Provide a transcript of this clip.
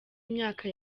imyaka